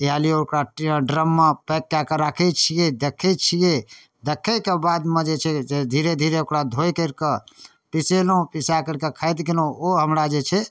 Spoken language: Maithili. इएहलिए ओकरा ड्रममे पैक कऽ कऽ राखै छिए देखै छिए रखैके बादमे जे छै धीरे धीरे ओकरा धोइ करिकऽ पिसेलहुँ पिसा करिकऽ खाइत गेलहुँ ओ हमरा जे छै